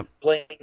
playing